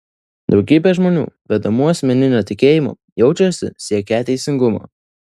daugybė žmonių vedamų asmeninio tikėjimo jaučiasi siekią teisingumo